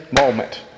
moment